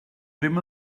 ddim